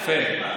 זה אחלה.